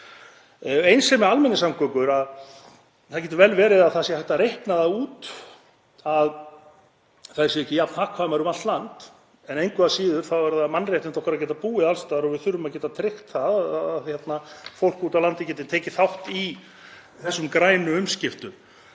Eins er með almenningssamgöngur að það getur vel verið að það sé hægt að reikna það út að þær séu ekki jafn hagkvæmar um allt land en engu að síður eru það mannréttindi okkar að geta búið alls staðar og við þurfum að geta tryggt að fólk úti á landi geti tekið þátt í þessum grænu umskiptum,